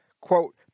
quote